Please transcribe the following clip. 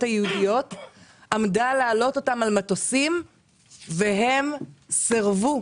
היהודיות עמדה להעלות אותם על מטוסים והם סירבו.